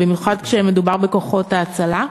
במיוחד כשמדובר בכוחות ההצלה.